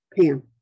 Pam